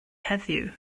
heddiw